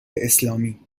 اسلامی